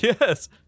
yes